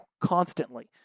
constantly